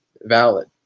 valid